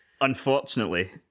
Unfortunately